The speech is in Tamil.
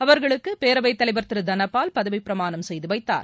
அவர்களுக்கு பேரவைத்தலைவர் திரு தனபால் பதவிப்பிரமாணம் செய்து வைத்தார்